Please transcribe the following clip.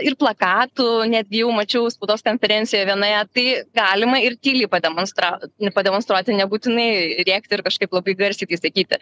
ir plakatų netgi jau mačiau spaudos konferencijoje vienoje tai galima ir tyliai pademonstra pademonstruoti nebūtinai rėkti ir kažkaip labai garsiai tai sakyti